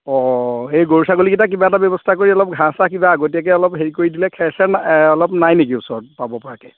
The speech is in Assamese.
অ এই গৰু ছাগলীকেইটা কিবা এটা ব্যৱস্থা কৰি অলপ ঘাঁহ চাহ কিবা আগতীয়াকৈ অলপ হেৰি কৰি দিলে খেৰ চেৰ এ অলপ নাই নেকি ওচৰত পাব পৰাকৈ